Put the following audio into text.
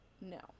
No